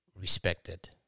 respected